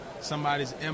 somebody's